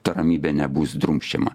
ta ramybė nebus drumsčiama